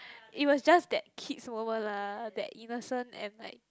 it was just that kids moment lah that innocent and like